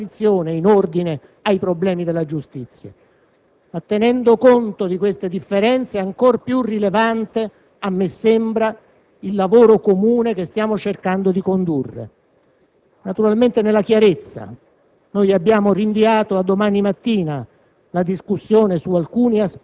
le premesse culturali proprie della nostra e della vostra coalizione in ordine ai problemi della giustizia ma, tenendo conto di queste differenze, è ancora più rilevante, mi sembra, il lavoro comune che stiamo cercando di condurre.